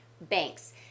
banks